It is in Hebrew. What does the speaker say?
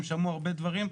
הם שמעו הרבה דברים,